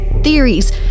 Theories